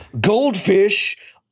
Goldfish